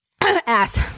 Ass